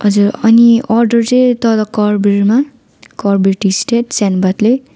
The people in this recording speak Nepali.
हजुर अनि अर्डर चाहिँ तलको कर्बेरमा कर्बेर टी स्टेट सेन्ट बाट्ले